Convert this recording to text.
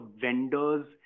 vendors